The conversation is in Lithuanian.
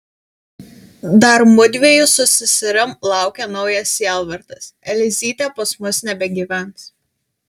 dar mudviejų su seserim laukia naujas sielvartas elzytė pas mus nebegyvens